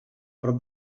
prop